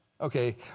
Okay